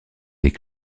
des